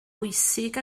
bwysig